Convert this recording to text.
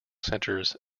centers